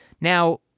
Now